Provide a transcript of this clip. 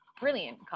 brilliant